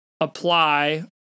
apply